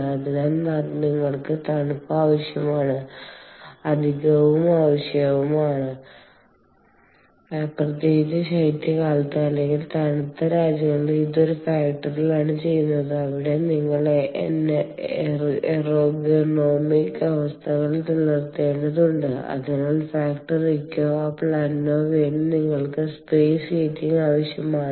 അതിനാൽ നിങ്ങൾക്ക് തണുപ്പ് ആവശ്യമാണ് അധികവും ആവശ്യമാണ് പ്രത്യേകിച്ച് ശൈത്യകാലത്ത് അല്ലെങ്കിൽ തണുത്ത രാജ്യങ്ങളിൽ ഇത് ഒരു ഫാക്ടറിയിലാണ് ചെയ്യുന്നത് അവിടെ നിങ്ങൾ എർഗണോമിക് അവസ്ഥകൾ നിലനിർത്തേണ്ടതുണ്ട് അതിനാൽ ഫാക്ടറിക്കോ ആ പ്ലാന്റിനോ വേണ്ടി നിങ്ങൾക്ക് സ്പേസ് ഹീറ്റിംഗ് ആവശ്യമാണ്